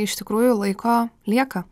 iš tikrųjų laiko lieka